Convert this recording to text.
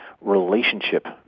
relationship